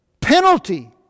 penalty